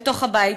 בתוך הבית,